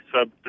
sub